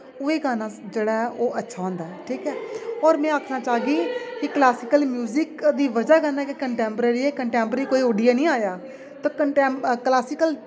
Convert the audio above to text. उ'ऐ गाना जेह्ड़ा ओह् अच्छा होंदा ऐ ठीक ऐ होर में आखना चाह्गी कि क्लासिकल म्यूजिक दी बजह् कन्नै गै कंटैंप्रेरी ऐ कंटैंप्रेरी कोई उड्डी नेईं आया पर कंटैंपरेरी क्लासिकल